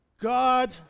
God